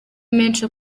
menshi